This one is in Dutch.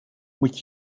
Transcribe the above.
moet